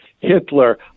hitler